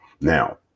Now